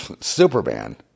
superman